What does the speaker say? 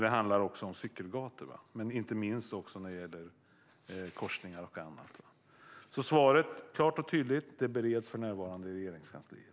Det handlade också om cykelgator, inte minst när det gällde korsningar och annat. Så svaret är klart och tydligt: Det bereds för närvarande i Regeringskansliet.